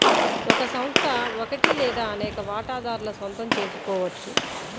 ఒక సంస్థ ఒకటి లేదా అనేక వాటాదారుల సొంతం చేసుకోవచ్చు